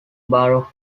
borrow